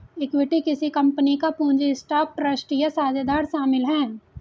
equity किसी company का पूंजी स्टॉक ट्रस्ट या साझेदारी शामिल है